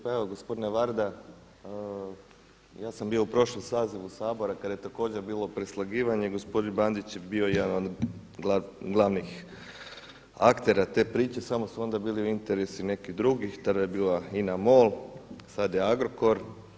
Pa evo gospodine Varda, ja sam bio u prošlom sazivu Sabora kada je također bilo preslagivanje, gospodin Bandić je bio jedan od glavnih aktera te priče samo su onda bili u interesu i neki drugi, tada je bila INA MOL, sada je Agrokor.